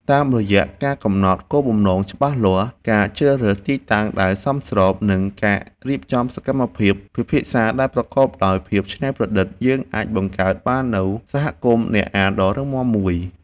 តាមរយៈការកំណត់គោលបំណងច្បាស់លាស់ ការជ្រើសរើសទីតាំងដែលសមស្រប និងការរៀបចំសកម្មភាពពិភាក្សាដែលប្រកបដោយភាពច្នៃប្រឌិត យើងអាចបង្កើតបាននូវសហគមន៍អ្នកអានដ៏រឹងមាំមួយ។